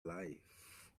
life